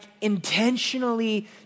intentionally